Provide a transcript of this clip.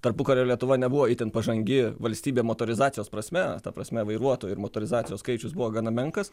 tarpukario lietuva nebuvo itin pažangi valstybė motorizacijos prasme ta prasme vairuotojų ir motorizacijos skaičius buvo gana menkas